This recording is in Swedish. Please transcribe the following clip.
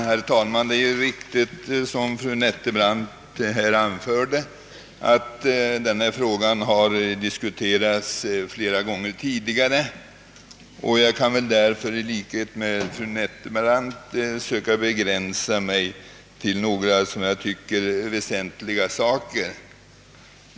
Herr talman! Det är riktigt, som fru Nettelbrandt anförde, att denna fråga diskuterats flera gånger tidigare. Jag vill därför i likhet med fru Nettelbrandt begränsa mig till några väsentliga saker.